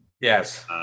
Yes